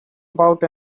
about